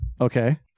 Okay